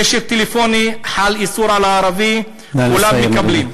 קשר טלפוני, חל איסור על הערבי, כולם מקבלים.